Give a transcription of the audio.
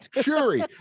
Shuri